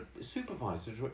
supervisors